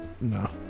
No